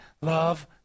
love